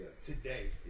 today